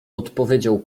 odpowiedział